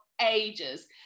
ages